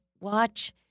Watch